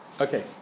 Okay